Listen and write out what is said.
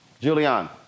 julian